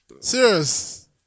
Serious